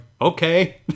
okay